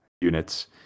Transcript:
units